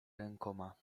rękoma